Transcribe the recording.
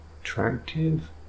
attractive